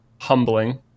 humbling